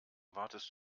wartest